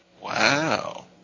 Wow